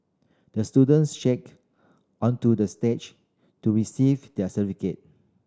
the student onto the stage to receive their certificate